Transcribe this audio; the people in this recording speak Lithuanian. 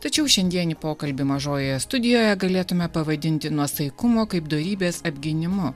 tačiau šiandienį pokalbį mažojoje studijoje galėtume pavadinti nuosaikumo kaip dorybės apgynimu